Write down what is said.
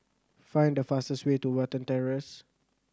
find the fastest way to Watten Terrace